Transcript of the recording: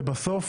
ובסוף